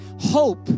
Hope